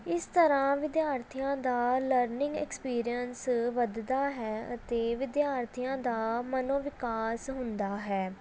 ਇਸ ਤਰ੍ਹਾਂ ਵਿਦਿਆਰਥੀਆਂ ਦਾ ਲਰਨਿੰਗ ਐਕਸਪੀਰੀਅਸ ਵੱਧਦਾ ਹੈ ਅਤੇ ਵਿਦਿਆਰਥੀਆਂ ਦਾ ਮਨੋਵਿਕਾਸ ਹੁੰਦਾ ਹੈ